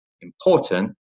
important